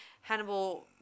Hannibal